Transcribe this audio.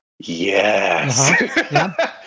Yes